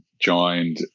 joined